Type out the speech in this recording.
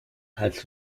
als